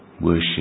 worship